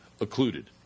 occluded